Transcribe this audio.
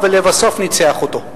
אבל לבסוף ניצח אותו.